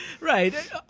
Right